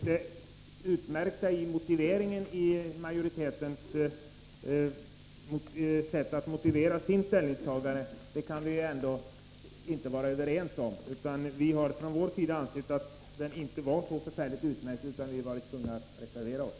Fru talman! Om det utmärkta i majoritetens sätt att motivera sitt ställningstagande kan vi inte vara överens -— vi har ansett att motiveringen inte är så särskilt utmärkt. Vi har därför ansett oss tvungna att reservera Oss.